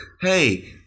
Hey